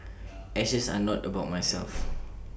ashes are not about myself